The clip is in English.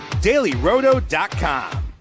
DailyRoto.com